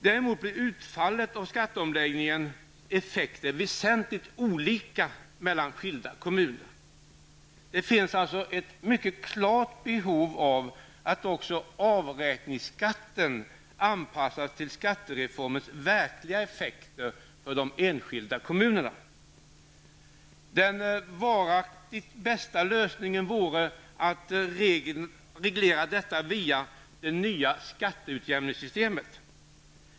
Däremot varierar utfallet av skatteomläggningens effekter väsentligt mellan skilda kommuner. Det finns alltså helt klart ett behov av att också avräkningsskatten anpassas till skattereformens verkliga effekter för de enskilda kommunerna. Den varaktigt bästa lösningen vore att reglera detta via det nya skatteutjämningssystemet.